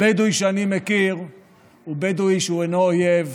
הבדואי שאני מכיר הוא בדואי שאינו אויב,